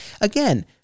Again